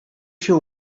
się